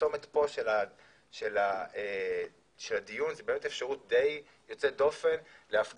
הצומת פה של הדיון זה באמת אפשרות די יוצאת דופן להפגיש